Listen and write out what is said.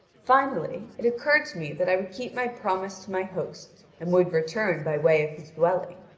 finally, it occurred to me that i would keep my promise to my host and would return by way of his dwelling.